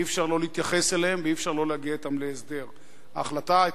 אי-אפשר שלא להתייחס אליהם ואי-אפשר שלא להגיע אתם להסדר.